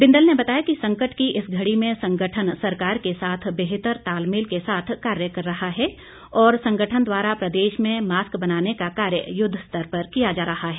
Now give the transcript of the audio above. बिंदल ने बताया कि संकट की इस घड़ी में संगठन सरकार के साथ बेहतर तालमेल के साथ कार्य कर रहा है और संगठन द्वारा प्रदेश में मास्क बनाने का कार्य युद्धस्तर पर किया जा रहा है